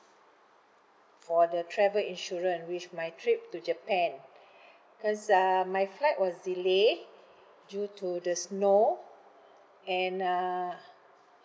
for the travel insurance which my trip to japan cause uh my flight was delay due to the snow and uh